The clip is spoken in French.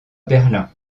berlin